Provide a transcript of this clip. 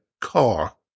car